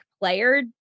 player